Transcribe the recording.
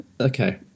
okay